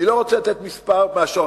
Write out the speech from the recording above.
אני לא רוצה לתת מספר מהשרוול,